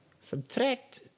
subtract